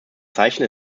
zeichen